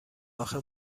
آخه